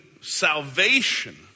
salvation